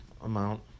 amount